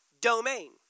domain